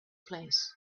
place